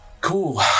cool